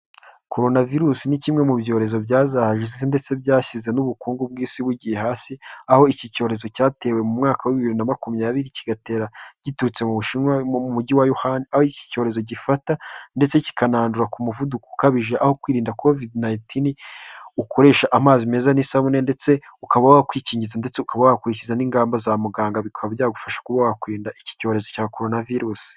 Coronavirus ni kimwe mu byorezo byazahaje